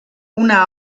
una